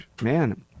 man